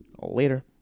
Later